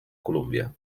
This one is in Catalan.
colúmbia